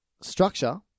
structure